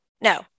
No